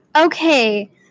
Okay